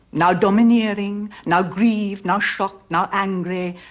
now domineering, now grieved, now shocked, now angry,